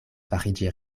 fariĝi